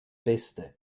beste